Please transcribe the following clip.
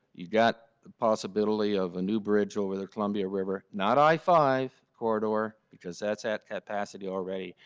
you got possibility of a new bridge over the columbia river. not i five corridor because that's at capacity already.